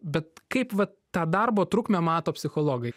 bet kaip vat tą darbo trukmę mato psichologai